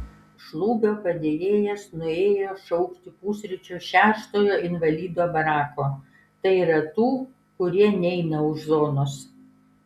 šlubio padėjėjas nuėjo šaukti pusryčių šeštojo invalidų barako tai yra tų kurie neina už zonos